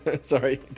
Sorry